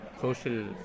Social